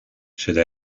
should